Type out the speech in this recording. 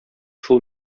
шул